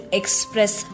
express